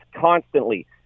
constantly